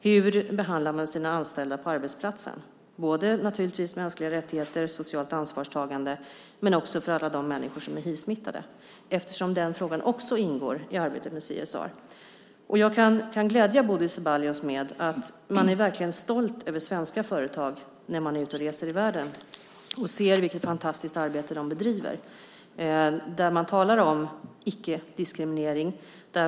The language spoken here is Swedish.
Hur behandlar man sina anställda på arbetsplatsen, både beträffande mänskliga rättigheter och socialt ansvarstagande men även alla de människor som är hivsmittade? Den frågan ingår också i arbetet med CSR. Jag kan glädja Bodil Ceballos med att man verkligen är stolt över svenska företag när man är ute och reser i världen och ser vilket fantastiskt arbete de bedriver. Man talar om icke-diskriminering.